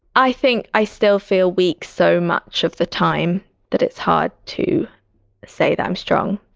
i think i still feel weak so much of the time that it's hard to say that i'm strong,